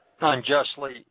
unjustly